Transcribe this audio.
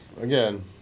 again